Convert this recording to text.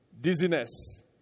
dizziness